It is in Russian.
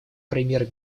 премьер